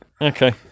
Okay